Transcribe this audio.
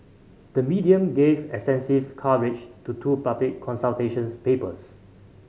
the media gave extensive coverage to two public consultation's papers